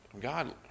God